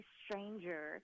stranger